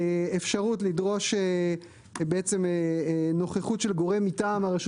אפשרות לדרוש בעצם נוכחות של גורם מטעם הרשות